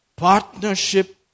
partnership